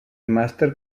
màster